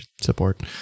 support